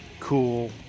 cool